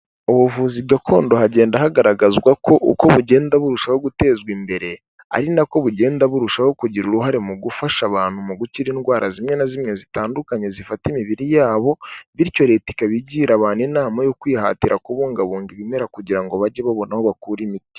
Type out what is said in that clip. Ubuvuzi gakondo hagenda hagaragazwa ko uko bugenda burushaho gutezwa imbere, ari na ko bugenda burushaho kugira uruhare mu gufasha abantu mu gukira indwara zimwe na zimwe zitandukanye zifata imibiri yabo, bityo leta ikaba igira abantu inama yo kwihatira kubungabunga ibimera kugira ngo bajye babona aho bakura imiti.